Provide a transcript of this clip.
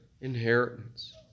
inheritance